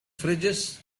fridges